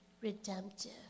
redemptive